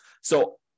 So-